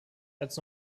als